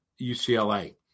UCLA